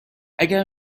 اگر